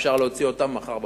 אפשר להוציא אותן מחר בבוקר.